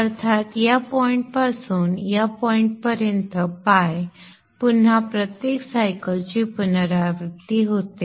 अर्थात या पॉईंट पासून या पॉईंट पर्यंत ᴨ पुन्हा प्रत्येक सायकल ची पुनरावृत्ती होते